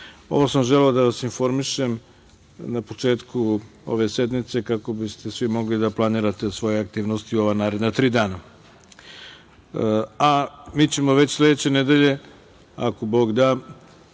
sam ovo da vas informišem na početku ove sednice kako biste svi mogli da planirate svoje aktivnosti u ova naredna tri danaMi ćemo već sledeće nedelje, ako Bog da,